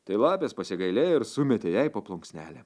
tai lapės pasigailėjo ir sumetė jai po plunksnelę